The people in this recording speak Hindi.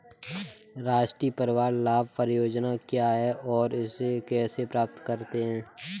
राष्ट्रीय परिवार लाभ परियोजना क्या है और इसे कैसे प्राप्त करते हैं?